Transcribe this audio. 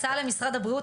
הצעה למשרד הבריאות,